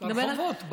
ברחובות.